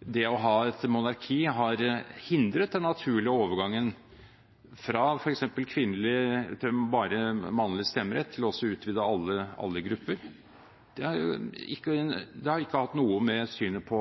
det å ha et monarki har hindret den naturlige overgangen fra f.eks. stemmerett bare for menn til stemmerett for kvinner – senere utvidet til stemmerett for alle grupper. Det har ikke hatt noe med synet på